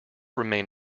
remain